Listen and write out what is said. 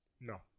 no